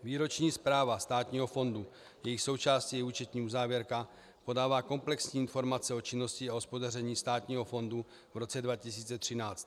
Výroční zpráva státního fondu, jejíž součástí je účetní závěrka, podává komplexní informace o činnosti a hospodaření státního fondu v roce 2013.